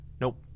Nope